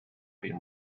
been